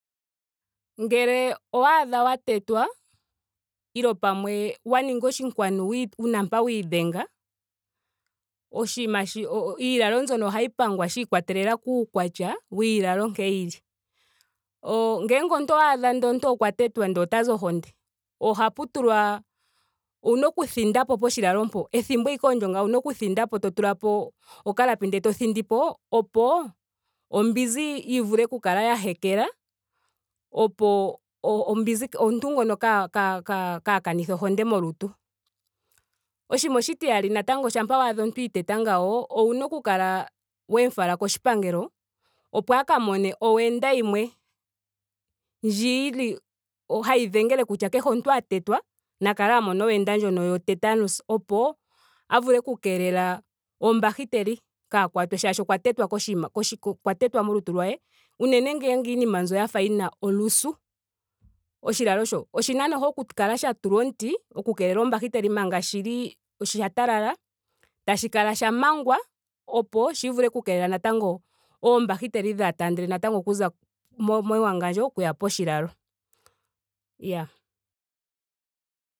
Ngele owaadha wa tetwa ile pamwe wa ninga oshinkwanu wa- wuna mpa wa idhenga. oshinima shi. iilalo mbyono ohayi pangwa shiikwatelela kuukwatya wiilalo nkene yili. O ngele omuntu owaadha ndele okwa tetwa ndele otazi ohonde. ohatu tulwa. owuna okuthinda po poshilalo mpo ethimbo ashike ndyo owuna okuthindapo to tulapo okalapi ndele to thindi po opo ombinzi yi kale ya hekela opo ombinzi kaayi omuntu ngono kaa- ka- ka kanithe ohonde molutu. oshinima oshitiyali natango shampa waadha omuntu iteta ngawo. owuna oku kala wemu fala koshipangelo opo a ka mone owenda yimwe ndji yili hayi dhengele kutya kehe omuntu a tetwa na kale a mona owenda ndjono yo tetanus opo a vule oku keelela obahiteli kaa kwatwe shaashi okwa tetwa koshima okwa tetwa molute lwe. unene ngele iinima mbyo yina olusu. oshilalo sho. oshina noho oku kala sha tulwa omuti oku keelela oobahiteli manga shili. osha talala. tashi kala sha mangwa opo shi vule oku keelela natango dhaa taandele natango okuza mo- mo- mewangandjo okuya poshilalo.